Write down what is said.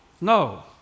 No